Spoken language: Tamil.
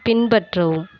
பின்பற்றவும்